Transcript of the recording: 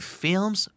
films